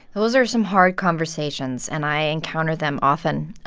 those are some hard conversations, and i encounter them often.